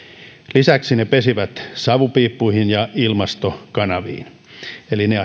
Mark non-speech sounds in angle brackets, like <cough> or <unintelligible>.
lisäksi ne pesivät savupiippuihin ja ilmastokanaviin eli ne <unintelligible>